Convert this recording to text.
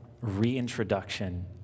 reintroduction